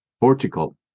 Portugal